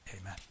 Amen